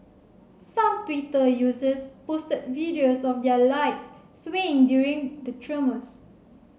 some Twitter users posted videos of their lights swaying during the tremors